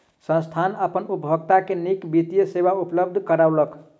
संस्थान अपन उपभोगता के नीक वित्तीय सेवा उपलब्ध करौलक